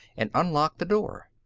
and unlocked the door.